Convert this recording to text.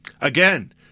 Again